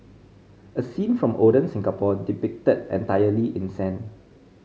a scene from olden Singapore depicted entirely in sand